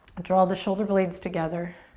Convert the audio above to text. draw the shoulder blades together.